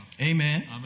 Amen